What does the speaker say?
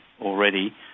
already